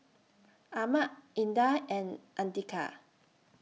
Ahmad Indah and Andika